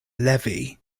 levy